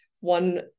one